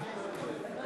נתקבל.